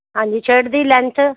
ਹਾਂਜੀ ਸ਼ਰਟ ਦੀ ਲੈਂਥ